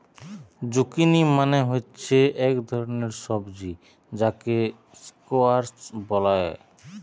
zucchini মানে হচ্ছে এক ধরণের সবজি যাকে স্কোয়াস বলে